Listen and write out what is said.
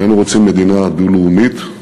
איננו רוצים מדינה דו-לאומית.